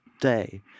day